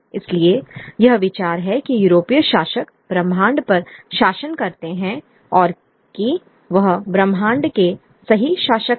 इसलिए यह विचार है कि यूरोपीय शासक ब्रह्मांड पर शासन करते हैं और कि वह ब्रह्मांड के सही शासक हैं